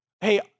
Hey